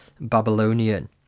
Babylonian